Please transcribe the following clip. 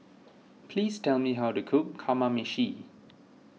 please tell me how to cook Kamameshi